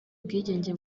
ubwigenge